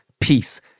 peace